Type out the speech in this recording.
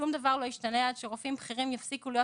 שום דבר לא ישתנה עד שרופאים בכירים יפסיקו להיות